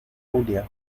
julia